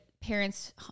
parents